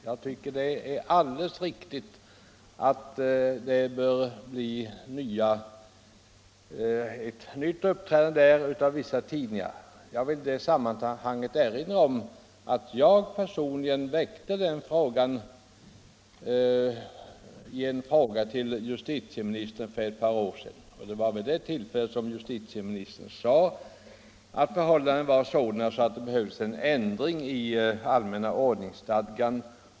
Jag tycker det är alldeles riktigt att kräva ett annat uppträdande av vissa tidningar, och jag kan erinra om att jag själv aktualiserade den här saken i en fråga till justitieministern för ett par år sedan. Vid det tillfället sade justitieministern att förhållandena var sådana att det behövde vidtas en ändring i allmänna ordningsstadgan.